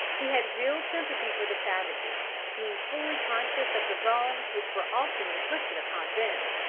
he had real sympathy for the savages, being fully conscious of the wrongs which were often inflicted upon them,